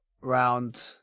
round